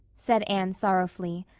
said anne sorrowfully.